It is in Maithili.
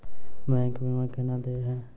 बैंक बीमा केना देय है?